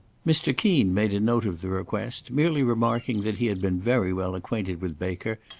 mr. keen made a note of the request, merely remarking that he had been very well acquainted with baker,